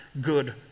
good